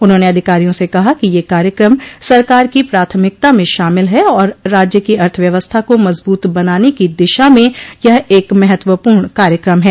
उन्होंने अधिकारियों से कहा कि यह कार्यक्रम सरकार की प्राथमिकता में शामिल है और राज्य की अर्थव्यवस्था को मजबूत बनाने की दिशा में यह एक महत्वपूर्ण कार्यक्रम है